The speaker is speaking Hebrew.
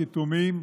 יתומים,